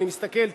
אני מסתכל,